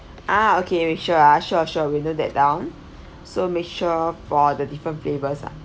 ah okay sure sure sure we note that down so make sure for the different flavors ah